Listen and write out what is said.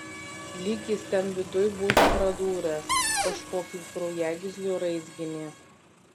lyg jis ten viduj būtų pradūręs kažkokį kraujagyslių raizginį